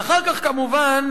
ואחר כך, כמובן,